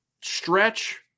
stretch